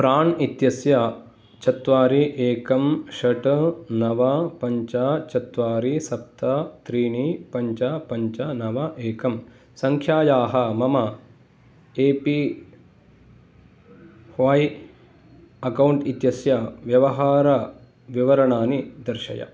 प्राण् इत्यस्य चत्वारि एकं षट् नव पञ्च चत्वारि सप्त त्रीणि पञ्च पञ्च नव एकं सङ्ख्यायाः मम ए पी वाई अकाऊण्ट् इत्यस्य व्यवहार विवरणानि दर्शय